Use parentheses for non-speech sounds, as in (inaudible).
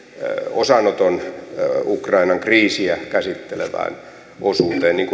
osanoton ukrainan kriisiä käsittelevään osuuteen niin (unintelligible)